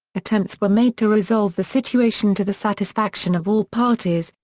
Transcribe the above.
attempts were made to resolve the situation to the satisfaction of all parties,